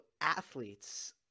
athletes